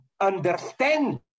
understand